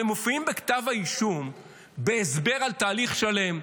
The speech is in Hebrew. הם מופיעים בכתב האישום בהסבר על תהליך שלם.